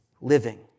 living